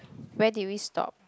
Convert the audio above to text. where did we stop